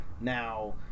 Now